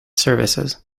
services